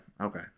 okay